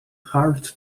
hard